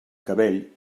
cabell